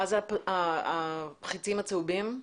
מה זה החצים הצהובים?